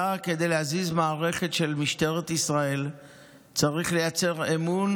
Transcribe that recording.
כדי להזיז מערכת של משטרת ישראל אתה צריך לייצר אמון